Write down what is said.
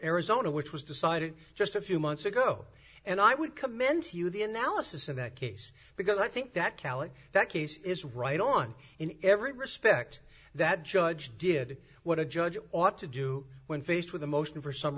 arizona which was decided just a few months ago and i would commend to you the analysis in that case because i think that cally that case is right on in every respect that judge did what a judge ought to do when faced with a motion for s